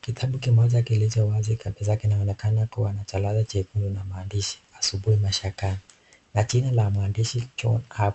Kitabu kimoja kilicho wazi kabisa kinaonekana kuwa na jalada jekundu na maandishi "Asubuhi Mashakani" na jina la mwandishi John Cup.